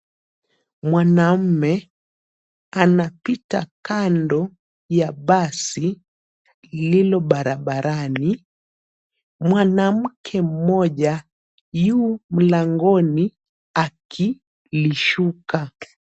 Mwanaume anapita kando ya basi lililo barabarani. Mwanamke mmoja yu mlangoni akilishuka.